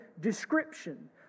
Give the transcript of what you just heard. description